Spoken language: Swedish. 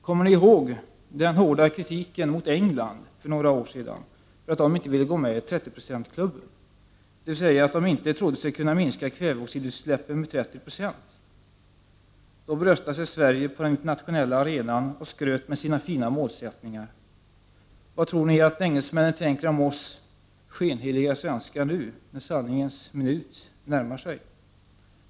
Kommer ni ihåg den hårda kritiken mot England för några år sedan, för att England inte ville gå med i ”30-procentklubben”, dvs. att man inte trodde sig kunna minska kväveoxidutsläppen med 30 96? Då bröstade sig Sverige på den internationella arenan och skröt med sina fina målsättningar. Vad tror ni att engelsmännen tänker om oss skenheliga svenskar nu, när sanningens minut närmar sig?